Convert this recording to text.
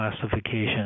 classification